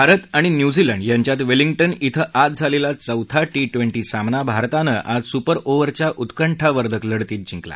भारत आणि न्यूझीलंड यांच्यात वेलिंगट इथं आज झालेला चौथा टी ट्वेंटी सामना भारतानं आज सूपर आेव्हरच्या उत्कंठावर्धक लढतीत जिंकला